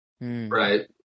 right